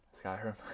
Skyrim